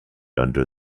under